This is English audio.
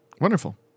wonderful